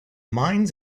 mines